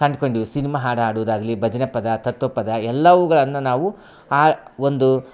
ಕಂಡುಕೊಂಡ್ವಿ cinema ಹಾಡು ಹಾಡೋದಾಗ್ಲಿ ಭಜನೆ ಪದ ತತ್ವಪದ ಎಲ್ಲವುಗಳನ್ನು ನಾವು ಆ ಒಂದು